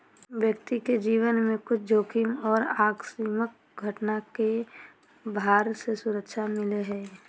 व्यक्ति के जीवन में कुछ जोखिम और आकस्मिक घटना के भार से सुरक्षा मिलय हइ